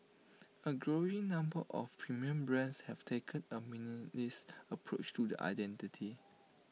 A growing number of premium brands have taken A minimalist approach to the identity